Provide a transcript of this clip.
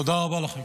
תודה רבה לכם.